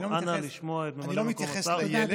אנא, לשמוע את ממלא מקום השר.